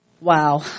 Wow